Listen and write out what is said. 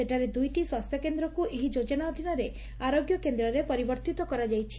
ସେଠାରେ ଦୁଇଟି ସ୍ୱାସ୍ଥ୍ୟ କେନ୍ଦ୍ରକୁ ଏହି ଯୋଜନା ଅଧୀନରେ ଆରୋଗ୍ୟ କେନ୍ଦ୍ରରେ ପରିବର୍ତିତ କରାଯାଇଛି